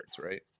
right